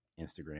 Instagram